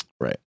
Right